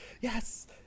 yes